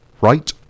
right